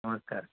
नमस्कार